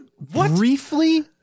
briefly